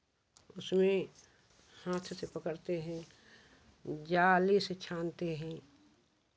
उसमें हाथ से पकड़ते हैं जाली से छानते हैं